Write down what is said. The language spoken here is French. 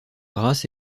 grâce